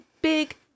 big